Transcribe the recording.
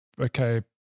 okay